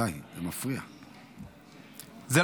די, זה מפריע.